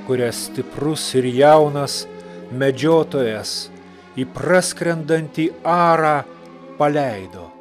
kurią stiprus ir jaunas medžiotojas į praskrendantį arą paleido